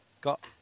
got